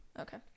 okay